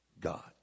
God